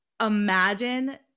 imagine